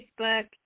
Facebook